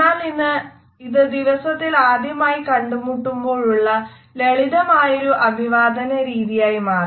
എന്നാലിന്ന് ഇത് ദിവസത്തിൽ ആദ്യമായി കണ്ടുമുട്ടുമ്പോളുള്ള ലളിതമായൊരു അഭിവാദന രീതിയായി മാറി